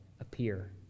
appear